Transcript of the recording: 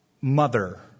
mother